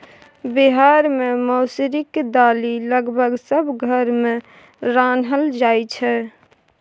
बिहार मे मसुरीक दालि लगभग सब घर मे रान्हल जाइ छै